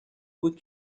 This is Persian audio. بود